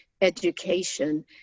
education